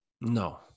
no